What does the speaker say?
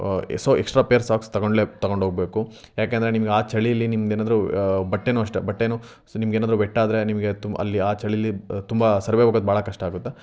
so extra pair socks ತೊಗೊಂಡ್ಲೇ ತೊಗೊಂಡೋಗ್ಬೇಕು ಯಾಕೆಂದರೆ ನಿಮ್ಗೆ ಆ ಚಳಿಯಲ್ಲಿ ನಿಮ್ದು ಏನಾದ್ರೂ ಬಟ್ಟೆನೂ ಅಷ್ಟೆ ಬಟ್ಟೆನೂ ಸೊ ನಿಮ್ಗೆ ಏನಾದ್ರೂ ವೆಟ್ ಆದರೆ ನಿಮಗೆ ತುಂಬ ಅಲ್ಲಿ ಆ ಚಳಿಯಲ್ಲಿ ತುಂಬ ಸರ್ವೈವ್ ಆಗೋದು ಭಾಳ ಕಷ್ಟ ಆಗುತ್ತೆ